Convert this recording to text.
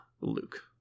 Luke